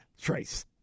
Trace